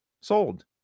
Sold